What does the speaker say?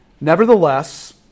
Nevertheless